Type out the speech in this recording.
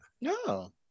no